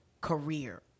career